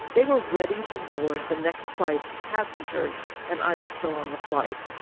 they were ready to board the next flight's passengers and i was still on the flight.